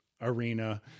arena